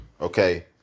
okay